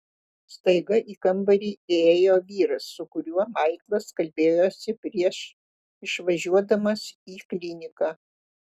staiga į kambarį įėjo vyras su kuriuo maiklas kalbėjosi prieš išvažiuodamas į kliniką